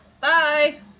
bye